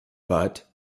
but